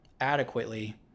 adequately